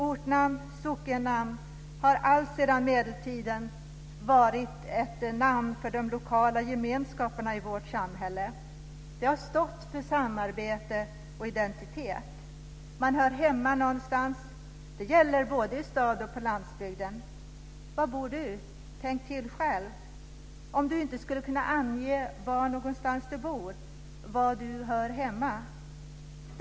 Ortnamn och sockennamn har alltsedan medeltiden varit namn för de lokala gemenskaperna i vårt samhälle. De har stått för samarbete och identitet. Man hör hemma någonstans. Det gäller både i stad och på landsbygden. Var bor du? Tänk till själv hur det skulle vara om du inte kunde ange var du bor, var du hör hemma någonstans.